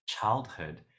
childhood